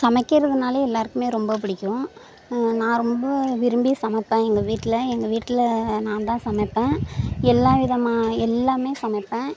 சமைக்கிறதுனாலே எல்லாருக்குமே ரொம்ப பிடிக்கும் நான் ரொம்ப விரும்பி சமைப்பேன் எங்கள் வீட்டில் எங்கள் வீட்டில் நான்தான் சமைப்பேன் எல்லா விதமாக எல்லாமே சமைப்பேன்